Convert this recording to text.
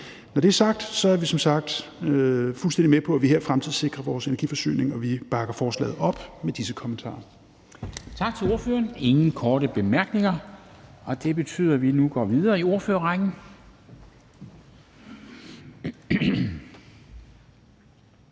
Når det er sagt, er vi som sagt fuldstændig med på, at vi her fremtidssikrer vores energiforsyning, og vi bakker forslaget op med disse kommentarer. Kl. 14:05 Formanden (Henrik Dam Kristensen): Tak til ordføreren. Der er ingen korte bemærkninger. Og det betyder, at vi nu går videre i ordførerrækken.